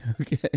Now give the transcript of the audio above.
Okay